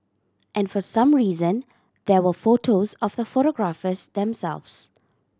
and for some reason there were photos of the photographers themselves